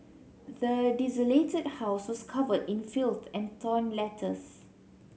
the desolated house was covered in filth and torn letters